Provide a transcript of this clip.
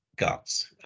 guts